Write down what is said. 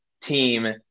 team